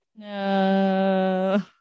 no